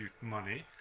money